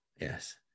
Yes